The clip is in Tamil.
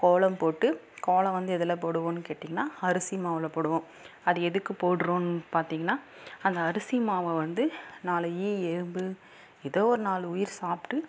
கோலம் போட்டு கோலம் வந்து எதில் போடுவோன்னு கேட்டீங்கன்னா அரிசி மாவில் போடுவோம் அது எதுக்கு போடுகிறோன்னு பார்த்திங்கன்னா அந்த அரிசி மாவை வந்து நாலு ஈ எறும்பு ஏதோ ஒரு நாலு உயிர் சாப்பிட்டு